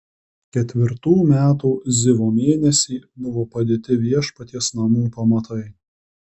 ketvirtų metų zivo mėnesį buvo padėti viešpaties namų pamatai